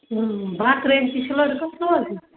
بتہٕ ترٲمۍ تہِ چھا حظ سُہ سوزٕنۍ